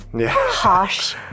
harsh